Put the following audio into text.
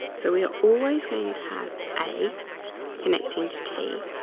so we are always going to have a connecting to t.